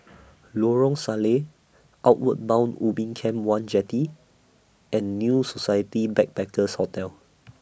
Lorong Salleh Outward Bound Ubin Camp one Jetty and New Society Backpackers' Hotel